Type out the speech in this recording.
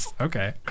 okay